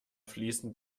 fließen